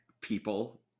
people